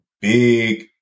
big